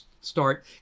start